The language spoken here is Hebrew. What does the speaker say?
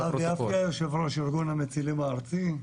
יו"ר ארגון המצילים הארצי.